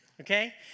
Okay